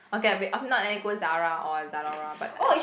okay I mean of not then you go Zara or Zalora but like